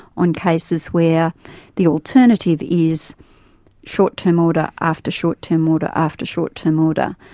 on cases where the alternative is short-term order after short-term order after short-term order.